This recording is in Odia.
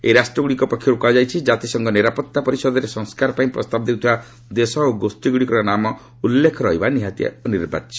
ଏହି ରାଷ୍ଟ୍ରଗୁଡ଼ିକ ପକ୍ଷରୁ କୁହାଯାଇଛି ଜାତିସଂଘ ନିରାପତ୍ତା ପରିଷଦରେ ସଂସ୍କାର ପାଇଁ ପ୍ରସ୍ତାବ ଦେଉଥିବା ଦେଶ ଓ ଗୋଷ୍ଠୀଗୁଡ଼ିକର ନାମ ଉଲ୍ଲ୍ଖେ ରହିବା ନିହାତି ଅନିବାର୍ଯ୍ୟ